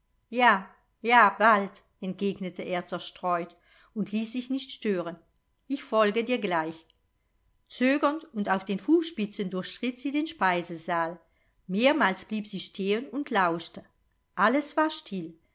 ja ja bald entgegnete er zerstreut und ließ sich nicht stören ich folge dir gleich zögernd und auf den fußspitzen durchschritt sie den speisesaal mehrmals blieb sie stehen und lauschte alles war still